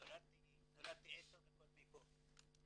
נולדתי עשר דקות מפה.